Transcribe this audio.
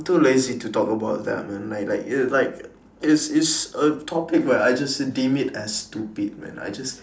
too lazy to talk about them and like like you like it's it's a topic where I just deem it as stupid man I just